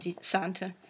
Santa